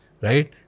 right